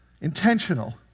intentional